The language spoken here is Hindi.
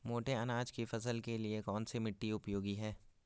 मोटे अनाज की फसल के लिए कौन सी मिट्टी उपयोगी है?